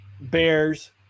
Bears